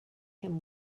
him